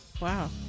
Wow